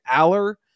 Aller